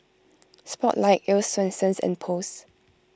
Spotlight Earl's Swensens and Post